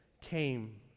came